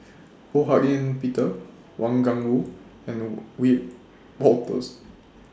Ho Hak Ean Peter Wang Gungwu and Wiebe Wolters